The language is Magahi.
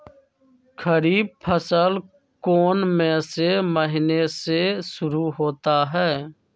खरीफ फसल कौन में से महीने से शुरू होता है?